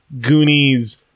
Goonies